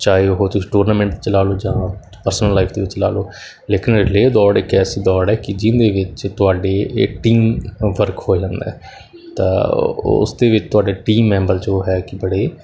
ਚਾਹੇ ਉਹ ਤੁਸੀਂ ਟੂਰਨਾਮੈਂਟ 'ਚ ਲਾ ਲਓ ਜਾਂ ਪਰਸਨਲ ਲਾਈਫ ਦੇ ਵਿੱਚ ਲਾ ਲਓ ਲੇਕਿਨ ਰਿਲੇਅ ਦੌੜ ਇੱਕ ਐਸੀ ਦੌੜ ਹੈ ਕਿ ਜਿਹਦੇ ਵਿੱਚ ਤੁਹਾਡੀ ਇੱਕ ਟੀਮ ਵਰਕ ਹੋ ਜਾਂਦਾ ਤਾਂ ਉਸ ਦੇ ਵਿੱਚ ਤੁਹਾਡੇ ਟੀਮ ਮੈਂਬਰ ਜੋ ਹੈ ਕਿ ਬੜੇ